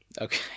Okay